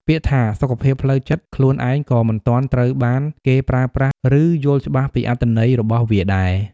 ពាក្យថា "សុខភាពផ្លូវចិត្ត" ខ្លួនឯងក៏មិនទាន់ត្រូវបានគេប្រើប្រាស់ ឬយល់ច្បាស់ពីអត្ថន័យរបស់វាដែរ។